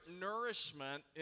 nourishment